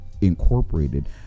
incorporated